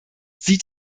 sieht